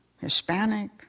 Hispanic